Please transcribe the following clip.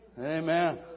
Amen